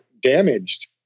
damaged